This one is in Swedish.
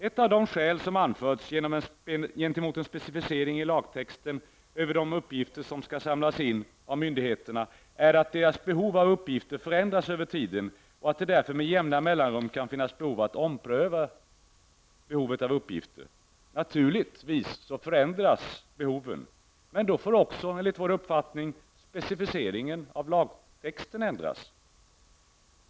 Ett av de skäl som anförts gentemot en specificering i lagtexten över de uppgifter som skall få samlas in av myndigheterna, är att deras behov av uppgifter förändras över tiden och att det därför med jämna mellanrum kan finnas behov av att ompröva behovet av uppgifter. Naturligtvis förändras behoven. Men då får också enligt vår uppfattning specificeringen i lagtexten ändras.